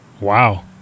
Wow